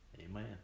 Amen